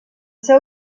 seu